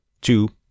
two